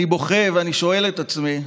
אני בוכה, ושואל את עצמי: